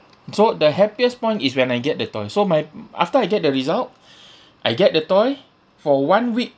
so the happiest point is when I get the toy so my after I get the result I get the toy for one week